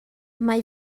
mae